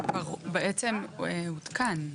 כבר עודכן.